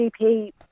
GP